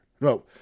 No